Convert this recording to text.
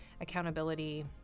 accountability